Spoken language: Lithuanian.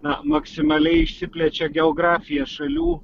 na maksimaliai išsiplečia geografija šalių